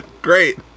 Great